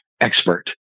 expert